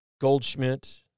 Goldschmidt